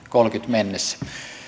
mennessä